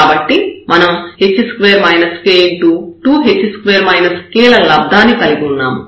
కాబట్టి మనం ల లబ్దాన్ని కలిగి ఉన్నాము